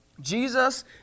Jesus